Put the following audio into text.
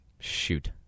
Shoot